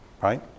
right